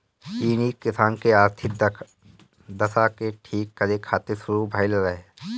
इ नीति किसान के आर्थिक दशा के ठीक करे खातिर शुरू भइल रहे